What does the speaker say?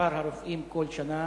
במספר הרופאים כל שנה